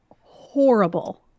horrible